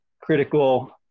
critical